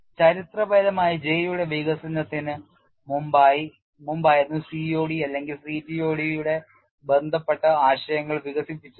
ചരിത്രപരമായി J യുടെ വികസനത്തിന് മുമ്പായിരുന്നു COD അല്ലെങ്കിൽ CTOD യുടെ ബന്ധപ്പെട്ട ആശയങ്ങൾ വികസിപ്പിച്ചത്